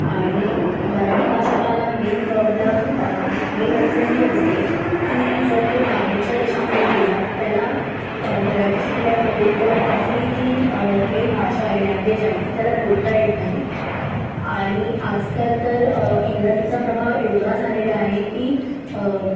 आणि मराठी भाषकाला main problem main अडचण ही असते की जर तो बाहेरच्या देशामध्ये गेला तर त्याला मराठी शिकल्यामुळे त्याला तिथली जी मेन भाषा आहे लँग्वेज आहे ती त्याला बोलता येत नाही आणि आजकाल तर इंग्रजीचा प्रभाव एवढा झालेला आहे की